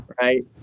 right